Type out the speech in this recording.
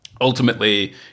ultimately